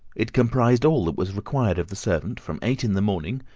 it comprised all that was required of the servant, from eight in the morning,